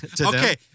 Okay